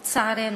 לצערנו.